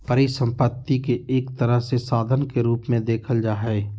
परिसम्पत्ति के एक तरह से साधन के रूप मे देखल जा हय